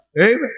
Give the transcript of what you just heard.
Amen